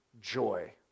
joy